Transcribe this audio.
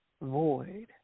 void